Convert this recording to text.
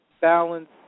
balance